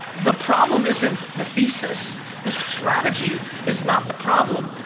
the problem isn't the thesis the strategy is not the problem.